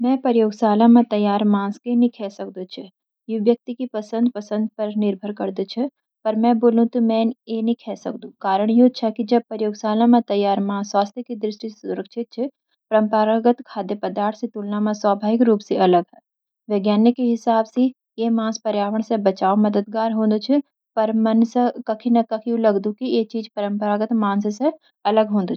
मैं ये प्रयोगशाला मँ त्यार मांस कि नि खे सकदू छ, यू ब्यक्ति की पसंद-पसंद मँ निर्भर छ। पर मँ बोलूं त, मी ऐ नी खे सकदू। कारण यो छ कि जब प्रयोगशाला मँ त्यार मांस स्वास्थ के दृष्टि स सुरक्षित छ, परंपरागत खाद्य पदार्थां स तुलना मँ स्वभाविक रूप स अलग है। वैज्ञानिकां की हिसाब स ऐ मांस पर्यावरण स बचाव मँ मददगार होल छ, पर मन स कखी ना कखी लागदु कि ऐ चीज परंपरागत मांस स अलग होदु।